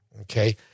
okay